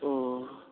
ओ